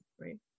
right